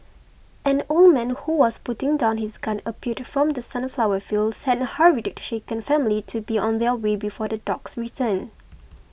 an old man who was putting down his gun appeared from the sunflower fields and hurried the shaken family to be on their way before the dogs return